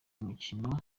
w’umukino